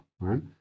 right